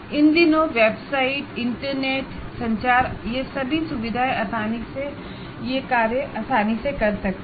इन दिनों वेबसाइट और इंटरनेट का यूज करके कोर्स मैनेजमेंट आसानी से कर सकते हैं